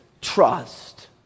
trust